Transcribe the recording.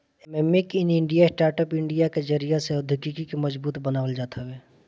एमे make in India, startup India के जरिया से औद्योगिकी के मजबूत बनावल जात हवे